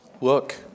Look